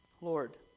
Lord